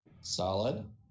Solid